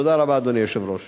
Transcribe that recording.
תודה רבה, אדוני היושב-ראש.